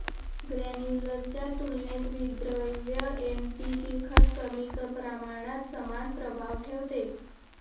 granular च्या तुलनेत विद्रव्य एन.पी.के खत कमी प्रमाणात समान प्रभाव ठेवते